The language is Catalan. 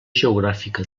geogràfica